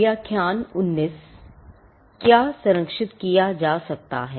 किसको सरंक्षित किया जा सकता है